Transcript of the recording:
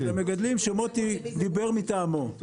המגדלים שמוטי דיבר מטעמם.